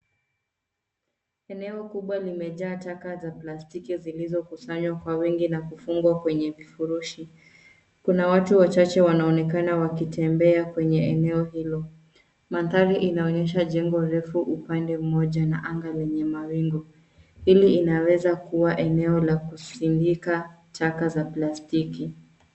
Eneo kubwa limejaa taka za plastiki zilizokusanywa kwa wingi na kufungwa kwenye vifurushi. Kuna watu wachache wanaonekana wakitembea kwenye eneo hilo. Mandhari inaonyesha jengo refu upande mmoja na anga lenye mawingu. Hili inaweza kuwa eneo la kusindika taka za plastiki.